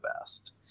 best